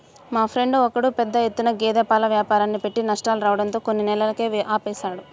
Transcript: మా ఫ్రెండు ఒకడు పెద్ద ఎత్తున గేదె పాల వ్యాపారాన్ని పెట్టి నష్టాలు రావడంతో కొన్ని నెలలకే ఆపేశాడు